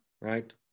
Right